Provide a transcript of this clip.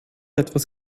etwas